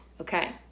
Okay